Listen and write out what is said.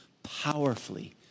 powerfully